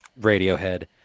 Radiohead